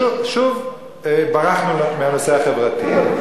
שוב ברחנו מהנושא החברתי.